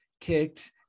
kicked